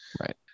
right